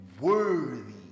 Worthy